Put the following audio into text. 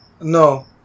No